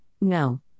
No